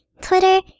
Twitter